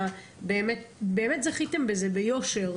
באמת זכיתם בזה ביושר,